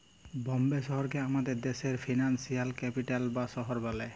বম্বে শহরকে আমাদের দ্যাশের ফিল্যালসিয়াল ক্যাপিটাল বা শহর ব্যলে